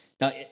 Now